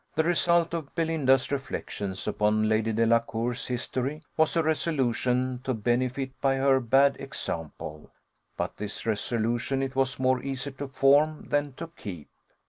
the result of belinda's reflections upon lady delacour's history was a resolution to benefit by her bad example but this resolution it was more easy to form than to keep.